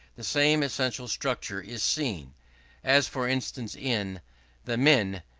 the same essential structure is seen as, for instance, in the men,